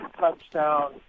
touchdown